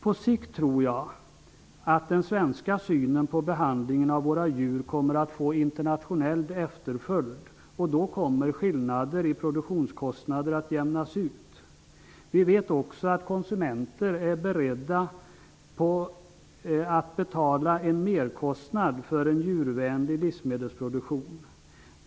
På sikt tror jag att den svenska synen på behandlingen av våra djur kommer att få internationellt genomslag, och då kommer skillnader i produktionskostnader att jämnas ut. Vi vet också att konsumenter är beredda att betala mer för en djurvänlig livsmedelsproduktion.